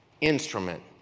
instrument